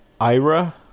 Ira